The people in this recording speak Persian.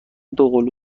دوقلو